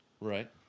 right